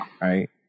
Right